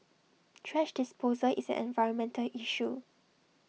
thrash disposal is an environmental issue